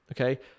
okay